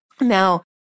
Now